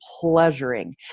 pleasuring